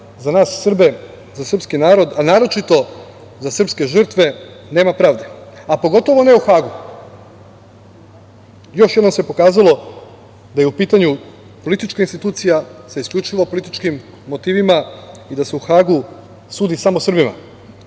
za nas Srbe, za srpski narod, a naročito za srpske žrtve nema pravde, a pogotovo nema u Hagu. Još jednom se pokazalo da je u pitanju politička institucija sa isključivo političkim motivima da se u Hagu sudi samo Srbima.